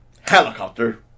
helicopter